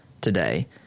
today